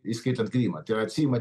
įskaitant krymą tai yra atsiima